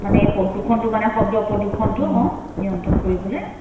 মানে এ প্ৰদূষণটো মানে শব্দ প্ৰদূষণটো অ নিয়ন্ত্ৰণ কৰিবলৈ